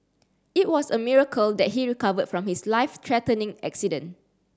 it was a miracle that he recovered from his life threatening accident